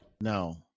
no